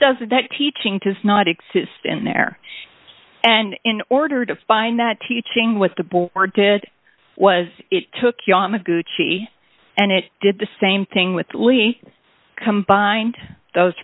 doesn't that teaching to not exist in there and in order to find that teaching with the bull or did was it took yamaguchi and it did the same thing with lee combined those